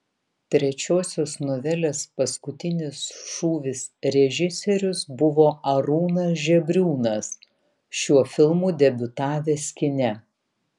trečiosios novelės paskutinis šūvis režisierius buvo arūnas žebriūnas šiuo filmu debiutavęs kine